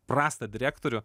prastą direktorių